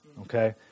Okay